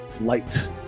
light